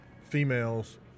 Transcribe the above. females